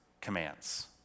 commands